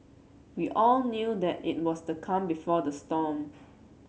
we all knew that it was the calm before the storm